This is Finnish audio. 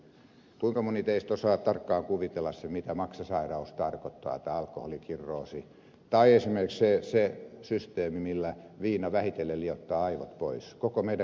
kuinka moni teistä osaa tarkkaan kuvitella sen mitä maksasairaus tarkoittaa tai alkoholikirroosi tai esimerkiksi se systeemi millä viina vähitellen liuottaa aivot pois koko meidän keskushermostomme